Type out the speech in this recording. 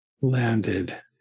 landed